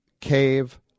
Cave